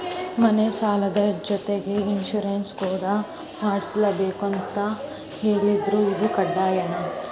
ಮನೆ ಸಾಲದ ಜೊತೆಗೆ ಇನ್ಸುರೆನ್ಸ್ ಕೂಡ ಮಾಡ್ಸಲೇಬೇಕು ಅಂತ ಹೇಳಿದ್ರು ಇದು ಕಡ್ಡಾಯನಾ?